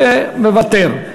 מוותר.